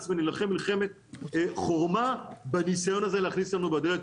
ונילחם מלחמת חורמה בניסיון הזה להכניס לנו בדלת